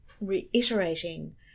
reiterating